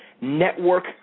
network